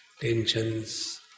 tensions